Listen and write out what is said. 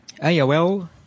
AOL